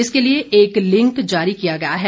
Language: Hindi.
इसके लिए एक लिंक जारी किया गया है